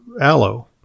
aloe